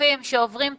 ושקופים שעוברים תיקוף,